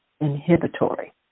inhibitory